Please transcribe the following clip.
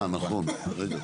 אה, נכון, רגע,